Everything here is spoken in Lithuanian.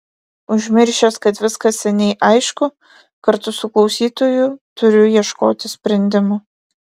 užmiršęs kad viskas seniai aišku kartu su klausytoju turiu ieškoti sprendimo